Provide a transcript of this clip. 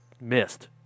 missed